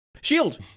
Shield